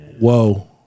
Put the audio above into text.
Whoa